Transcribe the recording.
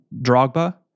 Drogba